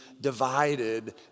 divided